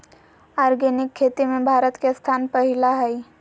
organic खेती में भारत के स्थान पहिला हइ